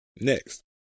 Next